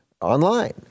online